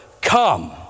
come